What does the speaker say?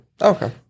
okay